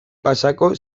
pasako